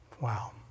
Wow